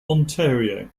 ontario